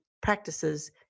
practices